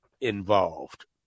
involved